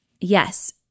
Yes